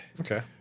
Okay